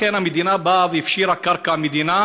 לכן המדינה באה והפשירה קרקע מדינה